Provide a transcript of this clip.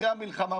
אחרי המלחמה,